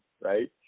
right